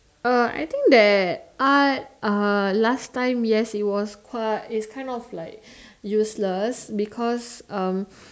uh I think that art uh last time yes it was kind of like useless